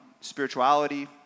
spirituality